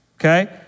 okay